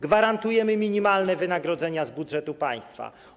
Gwarantujemy minimalne wynagrodzenia z budżetu państwa.